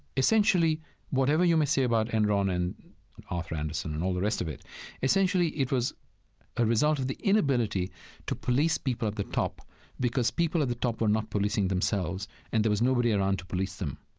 essentially whatever you may say about enron and arthur andersen and all the rest of it essentially it was a result of the inability to police people at the top because people at the top were not policing themselves and there was nobody around to police them.